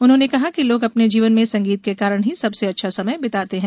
उन्होंने कहा कि लोग अपने जीवन में संगीत के कारण ही सबसे अच्छा समय बिताते हैं